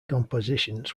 compositions